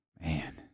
Man